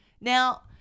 now